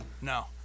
No